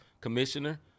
commissioner